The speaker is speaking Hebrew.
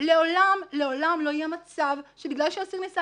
לעולם לא יהיה מצב שבגלל שאסיר ניסה